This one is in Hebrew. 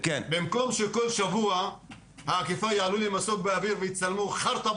במקום שכל שבוע האכיפה יעלו לי מסוק באוויר ויצלמו חרטא,